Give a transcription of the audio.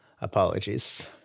Apologies